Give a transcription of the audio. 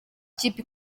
ikipe